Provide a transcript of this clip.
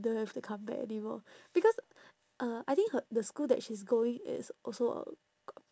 don't have to come back anymore because uh I think her the school that she's going is also a